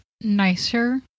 nicer